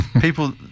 people